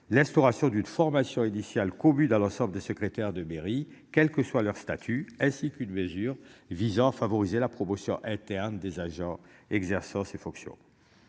l'instauration d'une formation initiale commune à l'ensemble des secrétaires de mairie, quel que soit leur statut, ainsi qu'une mesure visant à favoriser la promotion interne des agents exerçant ses fonctions.